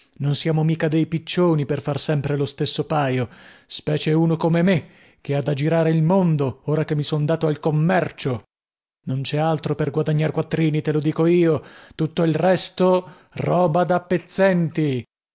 non siamo mica dei piccioni per far sempre lo stesso paio specie uno come me che ha da girare il mondo ora che mi son dato al commercio non cè altro per guadagnar quattrini te lo dico io tutto il resto roba da pezzenti